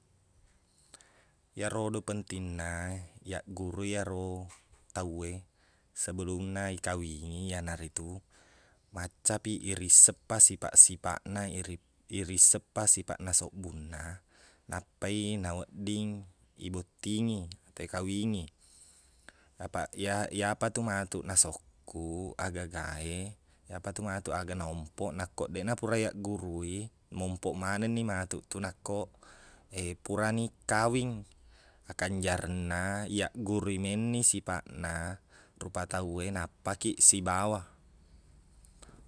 Iyarodo pentingna iyaqgurui iyaro tauwe sebelumna ikawingi iyana ritu maccapiq irisseppaq sipaq-sipaqna irit- irisseng pa sipaqna soqbungna nappai nawedding ibottingi ikawini apaq iya- iyapatu matuq nasokkuq agaga e iyapatu matuq aga naompok nakko deqna pura iyaqgurui mompok manengni matuq tu nakko purani kawing akanjarengna iyaq gurui menni sipaqna rupa tau e nappakiq sibawa